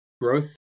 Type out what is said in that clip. growth